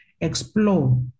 explore